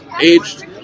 aged